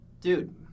Dude